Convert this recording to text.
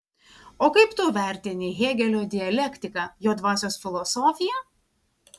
o kaip tu vertini hėgelio dialektiką jo dvasios filosofiją